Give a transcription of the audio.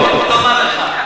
אני רוצה לומר לך,